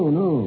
no